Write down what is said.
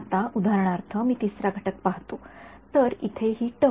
आता उदाहरणार्थ मी तिसरा घटक पाहतो तर इथे हि टर्म